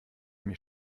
mir